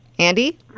Andy